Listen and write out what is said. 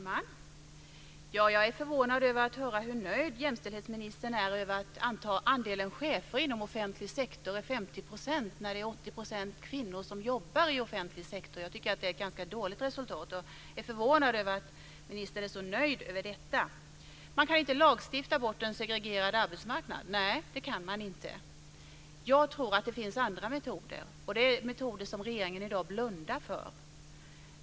Fru talman! Jag är förvånad över att höra hur nöjd jämställdhetsministern är över att andelen kvinnor som är chefer inom offentlig sektor är 50 % medan de som jobbar inom offentlig sektor till 80 % är kvinnor. Det är ett ganska dåligt resultat. Nej, man kan inte lagstifta bort en segregerad arbetsmarknad. Jag tror att det finns andra metoder, metoder som regeringen i dag blundar för.